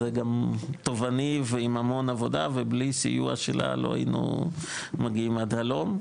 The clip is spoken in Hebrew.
הוא גם תובעני ועם המון עבודה ובלי סיוע שלה לא היינו מגיעים עד הלום,